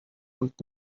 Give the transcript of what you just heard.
und